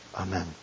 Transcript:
Amen